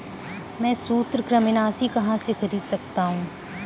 मैं सूत्रकृमिनाशी कहाँ से खरीद सकता हूँ?